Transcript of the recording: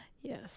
yes